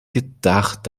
gedacht